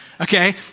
okay